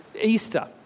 Easter